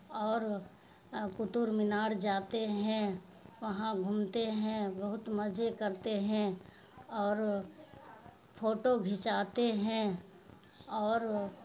اور قطب مینار جاتے ہیں وہاں گھومتے ہیں بہت مزے کرتے ہیں اور فوٹو کھنچاتے ہیں اور